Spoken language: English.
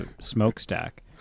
smokestack